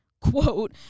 quote